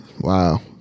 Wow